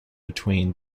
between